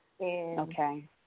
Okay